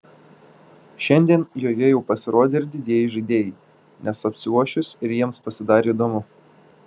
šiandien joje jau pasirodė ir didieji žaidėjai nes apsiuosčius ir jiems pasidarė įdomu